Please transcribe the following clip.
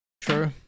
True